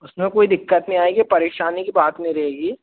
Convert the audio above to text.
उसमें कोई दिक्कत नहीं आएगी और परेशानी की बात नहीं रहेगी